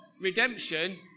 redemption